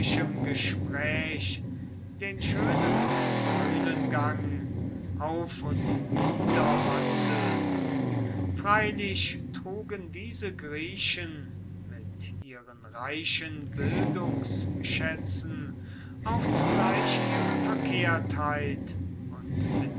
gespräch den schönen säulengang auf und niederwandeln freilich trugen diese griechen mit ihren reichen bildungsschätzen auch zugleich ihre verkehrtheit und